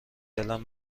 دلش